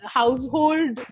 household